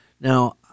Now